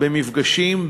במפגשים,